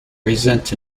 resent